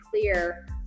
clear